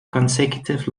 consecutive